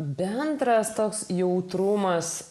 bendras toks jautrumas